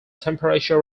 temperature